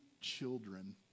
children